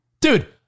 dude